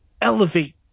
elevate